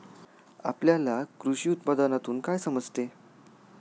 आपल्याला कृषी उत्पादनातून काय समजते?